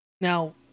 Now